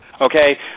okay